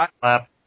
Slap